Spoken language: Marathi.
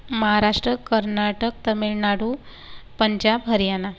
महाराष्ट्र कर्नाटक तामीळनाडू पंजाब हरियाणा